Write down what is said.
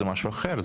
זה משהו אחר.